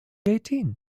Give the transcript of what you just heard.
eighteen